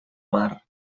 mar